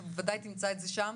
שבוודאי תמצא את זה שם.